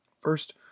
First